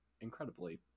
incredibly